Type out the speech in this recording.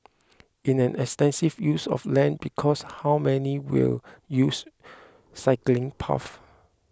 it's an extensive use of land because how many will use cycling paths